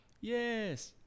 Yes